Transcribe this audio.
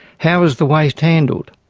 how is the waste handled?